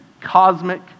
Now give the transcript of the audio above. cosmic